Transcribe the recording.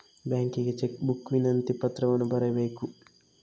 ಬ್ಯಾಂಕಿಗೆ cheque book ವಿನಂತಿ ಪತ್ರವನ್ನು ಬರೆಯಬೇಕು